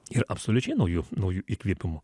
ir absoliučiai nauju nauju įkvėpimu